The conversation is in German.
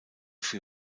für